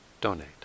donate